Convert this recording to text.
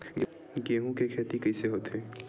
गेहूं के खेती कइसे होथे?